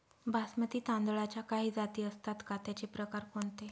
बासमती तांदळाच्या काही जाती असतात का, त्याचे प्रकार कोणते?